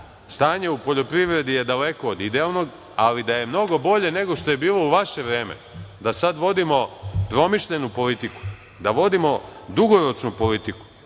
Stanje u poljoprivredi je daleko od idealnog, ali da je mnogo bolje nego što je bilo u vaše vreme, da sad vodimo promišljenu politiku, da vodimo dugoročnu politiku,